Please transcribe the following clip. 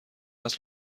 است